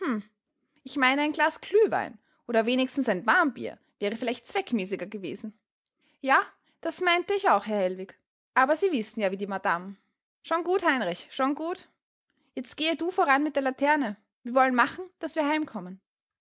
ich meine ein glas glühwein oder wenigstens ein warmbier wäre vielleicht zweckmäßiger gewesen ja das meinte ich auch herr hellwig aber sie wissen ja wie die madame schon gut heinrich schon gut jetzt gehe du voran mit der laterne wir wollen machen daß wir